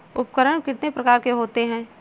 उपकरण कितने प्रकार के होते हैं?